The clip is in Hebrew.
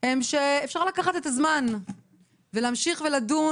הם שאפשר לקחת את הזמן ולהמשיך ולדון